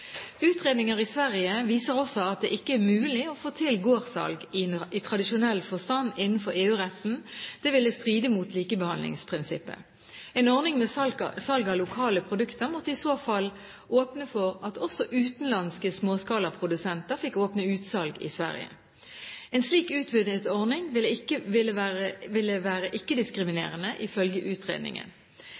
Utredninger i Sverige viser også at det ikke er mulig å få til gårdssalg i tradisjonell forstand innenfor EU-retten. Det ville stride mot likebehandlingsprinsippet. En ordning med salg av lokale produkter måtte i så fall åpne for at også utenlandske småskalaprodusenter fikk åpne utsalg i Sverige. En slik utvidet ordning ville være ikke-diskriminerende, ifølge utredningen. Et annet aspekt som er vurdert, er at EF-domstolen muligens ville